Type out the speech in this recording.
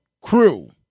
crew